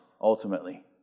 ultimately